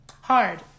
Hard